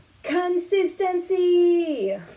consistency